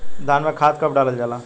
धान में खाद कब डालल जाला?